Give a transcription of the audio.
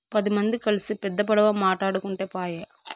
పది మంది కల్సి పెద్ద పడవ మాటాడుకుంటే పాయె